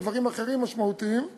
גם דברים משמעותיים אחרים.